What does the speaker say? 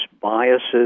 biases